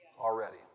already